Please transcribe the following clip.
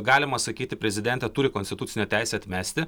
galima sakyti prezidentė turi konstitucinę teisę atmesti